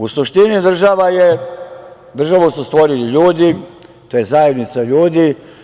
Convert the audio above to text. U suštini, državu su stvorili ljudi, to je zajednica ljudi.